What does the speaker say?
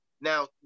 Now